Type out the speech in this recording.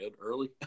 early